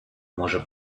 може